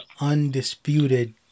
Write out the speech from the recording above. undisputed